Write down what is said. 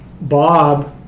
Bob